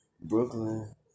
Brooklyn